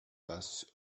passe